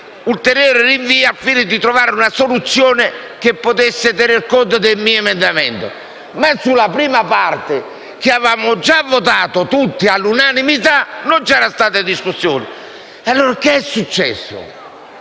il Governo chiedeva di trovare una soluzione che potesse tener conto del mio emendamento. Ma sulla prima parte, che avevamo già votato tutti all'unanimità, non c'era stata discussione. E allora che è successo?